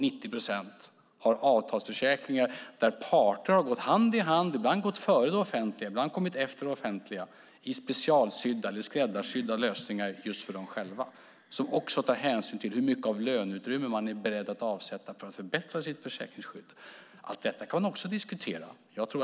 90 procent har avtalsförsäkringar där parter har gått hand i hand, ibland före det offentliga, ibland efter det offentliga, i specialsydda, skräddarsydda, lösningar för dem själva. De tar också hänsyn till hur mycket löneutrymme man är beredd att avsätta för att förbättra sitt försäkringsskydd. Allt detta kan också diskuteras.